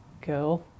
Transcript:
girl